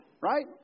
right